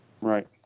Right